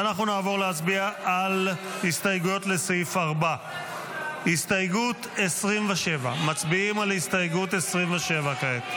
ואנחנו נעבור להצביע על הסתייגויות לסעיף 4. הסתייגות 27. מצביעים על הסתייגות 27 כעת.